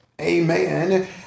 Amen